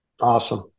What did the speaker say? Awesome